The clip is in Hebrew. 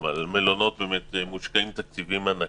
במלונות, באמת, מושקעים תקציבים ענקיים.